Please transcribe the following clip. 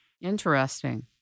Interesting